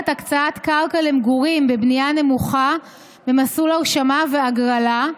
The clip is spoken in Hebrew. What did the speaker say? הקצאת קרקע למגורים בבנייה נמוכה במסלול הרשמה והגרלה,